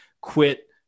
quit